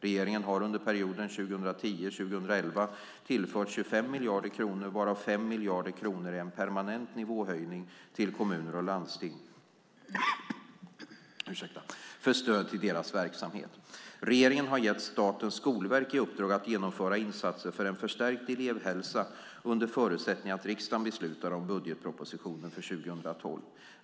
Regeringen har under perioden 2010-2011 tillfört 25 miljarder kronor, varav 5 miljarder kronor är en permanent nivåhöjning, till kommuner och landsting för stöd till deras verksamheter. Regeringen har gett Statens skolverk i uppdrag att genomföra insatser för en förstärkt elevhälsa under förutsättning att riksdagen beslutar om budgetpropositionen för 2012.